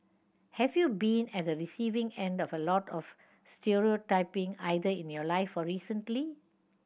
have you been at the receiving end of a lot of stereotyping either in your life or recently